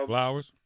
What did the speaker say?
Flowers